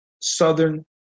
Southern